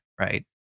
Right